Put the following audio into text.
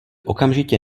okamžitě